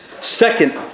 Second